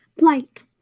Light